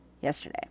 yesterday